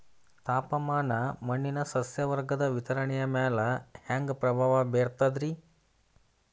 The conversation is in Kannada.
ತಾಪಮಾನ ಮಣ್ಣಿನ ಸಸ್ಯವರ್ಗದ ವಿತರಣೆಯ ಮ್ಯಾಲ ಹ್ಯಾಂಗ ಪ್ರಭಾವ ಬೇರ್ತದ್ರಿ?